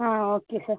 ആ okay sir